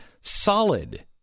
solid